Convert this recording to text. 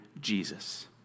Jesus